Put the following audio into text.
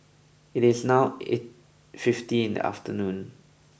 it is now eight fifty in the afternnoon